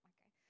Okay